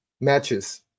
matches